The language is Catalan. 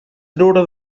treure